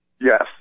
Yes